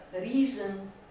reason